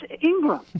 Ingram